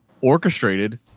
orchestrated